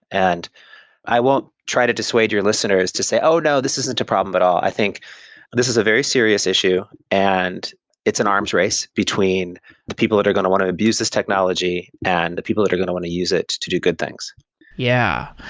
and i won't try to dissuade your listeners to say, oh, no. this isn't a problem at but all. i think this is a very serious issue and it's an arms race between the people that are going to want to abuse this technology and the people that are going to want to use it to do good things yeah.